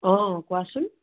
অঁ কোৱাচোন